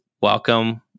welcome